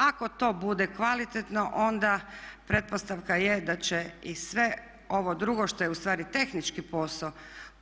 Ako to bude kvalitetno, onda pretpostavka je da će i sve ovo drugo što je u stvari tehnički posao,